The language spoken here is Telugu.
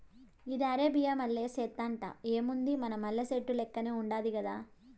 ఇది అరేబియా మల్లె సెట్టంట, ఏముంది మన మల్లె సెట్టు లెక్కనే ఉండాది గదా